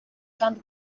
kandi